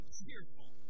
cheerful